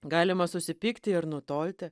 galima susipykti ir nutolti